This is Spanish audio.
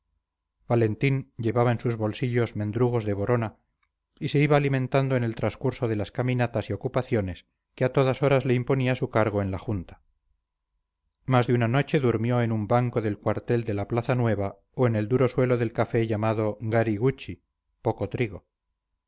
valentín llevaba en sus bolsillos mendrugos de borona y se iba alimentando en el transcurso de las caminatas y ocupaciones que a todas horas le imponía su cargo en la junta más de una noche durmió en un banco del cuartel de la plaza nueva o en el duro suelo del café llamado gari guchi